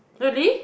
really